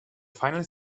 final